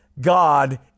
God